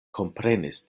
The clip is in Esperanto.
komprenis